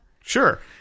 Sure